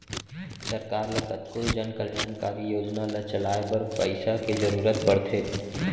सरकार ल कतको जनकल्यानकारी योजना ल चलाए बर पइसा के जरुरत पड़थे